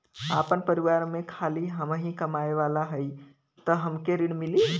आपन परिवार में खाली हमहीं कमाये वाला हई तह हमके ऋण मिली?